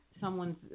someone's